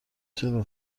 چرا